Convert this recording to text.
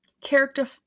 Character